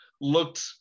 looked